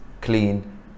clean